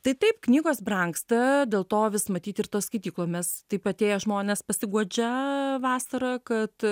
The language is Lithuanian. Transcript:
tai taip knygos brangsta dėl to vis matyt ir tos skaityklomis taip atėję žmonės pasiguodžia vasarą kad